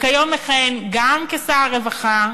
שכיום מכהן גם כשר הרווחה,